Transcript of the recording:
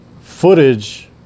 footage